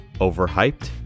overhyped